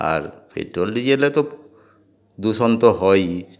আর petrol ডিজেলে তো দূষণ তো হয়ই